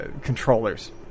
controllers